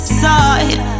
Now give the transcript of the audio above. side